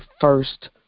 first